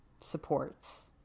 supports